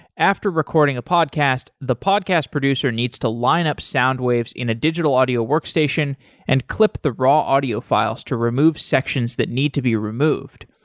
after recording a podcast, the podcast producer needs to line up sound waves in a digital audio workstation and clip the raw audio files to remove sections that need to be removed.